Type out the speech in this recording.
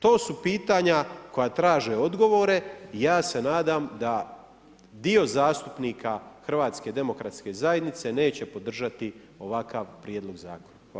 To su pitanja koja traže odgovore i ja se nadam da dio zastupnika HDZ-a neće podržati ovakav prijedlog zakona., Hvala.